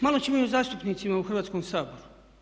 Malo ćemo i o zastupnicima u Hrvatskom saboru.